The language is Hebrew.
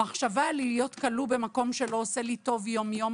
המחשבה להיות כלוא במקום שלא עושה לי טוב יום יום,